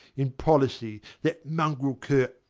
in policy, that mongrel cur,